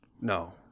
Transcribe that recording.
No